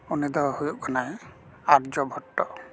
ᱩᱱᱤ ᱫᱚ ᱦᱩᱭᱩᱜ ᱠᱟᱱᱟᱭ ᱟᱨᱡᱚ ᱵᱷᱚᱴᱴᱚ